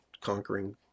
conquering